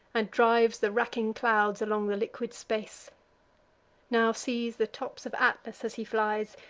and drives the racking clouds along the liquid space now sees the tops of atlas, as he flies,